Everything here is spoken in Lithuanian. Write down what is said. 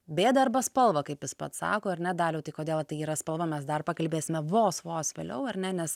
bėdą arba spalvą kaip jis pats sako ar ne daliau tai kodėl tai yra spalva mes dar pakalbėsime vos vos vėliau ar ne nes